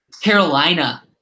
Carolina